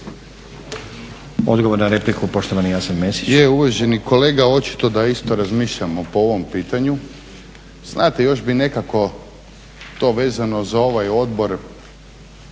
Odgovor na repliku poštovani Jasen Mesić.